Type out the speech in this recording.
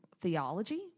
theology